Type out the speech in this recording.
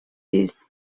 this